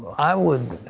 i would